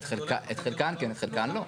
את חלקן כן, את חלקן לא.